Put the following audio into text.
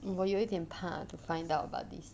hmm 我有一点怕 to find out about this